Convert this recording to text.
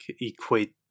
equate